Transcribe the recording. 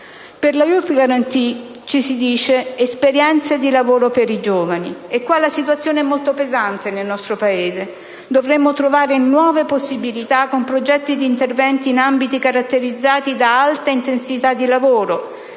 Nella *Youth* *Guarantee* si parla di esperienze di lavoro per i giovani. Da questo punto di vista, la situazione è molto pesante nel nostro Paese. Dovremmo trovare nuove possibilità, con progetti di interventi in ambiti caratterizzati da alta intensità di lavoro